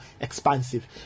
expansive